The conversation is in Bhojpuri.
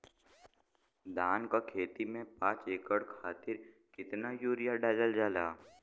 धान क खेती में पांच एकड़ खातिर कितना यूरिया डालल जाला?